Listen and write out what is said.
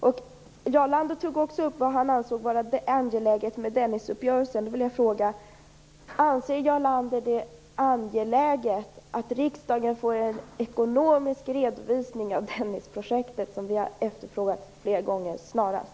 Jarl Lander tog också upp vad han ansåg vara det angelägna med Dennisuppgörelsen. Då vill jag fråga: Anser Jarl Lander det angeläget att riksdagen får en ekonomisk redovisning av Dennisprojektet, vilket vi har efterfrågat flera gånger, snarast?